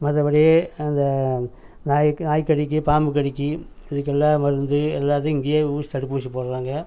மற்றப்படி அந்த நாய் நாய்க்கடிக்கு பாம்புக்கடிக்கு இதுக்கெல்லாம் மருந்து எல்லாத்துக்கும் இங்கேயே ஊசி தடுப்பூசி போடுறாங்க